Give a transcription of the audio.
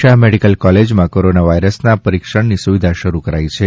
Shah medical કોલેજમાં corona વાયરસના પરિક્ષણની સુવિધા શરૂ કરાઇ છે